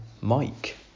Mike